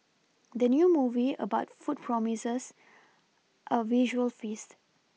the new movie about food promises a visual feast